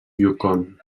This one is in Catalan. yukon